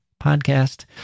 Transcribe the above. podcast